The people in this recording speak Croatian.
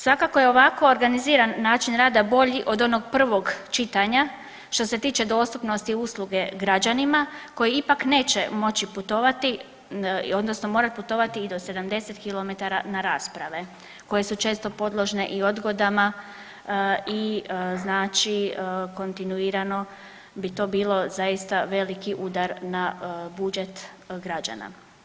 Svakako je ovako organiziran način rada bolji od onog prvog čitanja što se tiče dostupnosti usluge građanima koji ipak neće moći putovati odnosno morat putovati i do 70 kilometara na rasprave koje su često podložne i odgodama i znači kontinuirano bi to bilo zaista veliki udar na budžet građana.